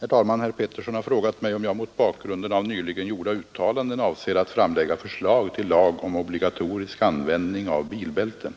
Herr talman! Herr Pettersson i Lund har frågat mig om jag — mot bakgrunden av nyligen gjorda uttalanden — avser att framlägga förslag till lag om obligatorisk användning av bilbälten.